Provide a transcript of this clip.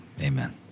Amen